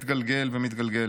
מתגלגל ומתגלגל.